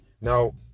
Now